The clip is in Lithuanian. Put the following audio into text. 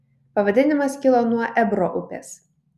pavadinimas kilo nuo ebro upės